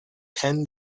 ten